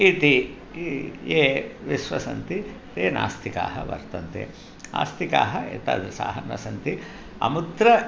इति ये विश्वसन्ति ते नास्तिकाः वर्तन्ते आस्तिकाः एतादृशाः न सन्ति अमुत्र